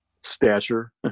stature